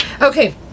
Okay